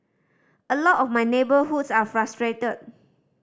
a lot of my neighbourhoods are frustrated